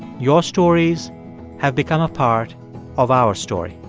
your stories have become a part of our story